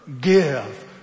Give